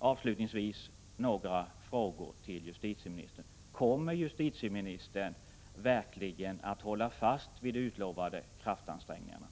brottsoffret lider ytterligare skada medan utredning pågår. Kommer justitieministern verkligen att hålla fast vid de utlovade kraftansträngningarna?